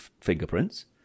fingerprints